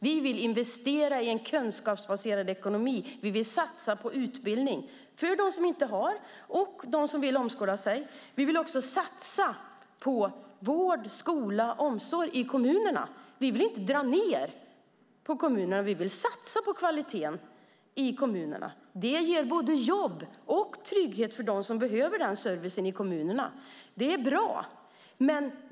Vi vill investera i en kunskapsbaserad ekonomi. Vi vill satsa på utbildning för dem som inte har utbildning eller som vill omskola sig. Vi vill satsa på vård, skola och omsorg i kommunerna. Vi vill inte dra ned på kommunerna. Vi vill satsa på kvaliteten i kommunerna. Det ger både jobb och trygghet för dem som behöver den servicen i kommunerna. Det är bra.